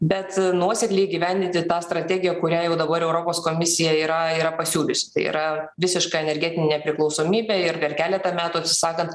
bet nuosekliai įgyvendinti tą strategiją kurią jau dabar europos komisija yra yra pasiūliusi tai yra visiška energetinė nepriklausomybė ir per keletą metų atsisakant